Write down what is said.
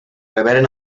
reberen